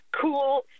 cool